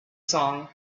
song